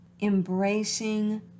embracing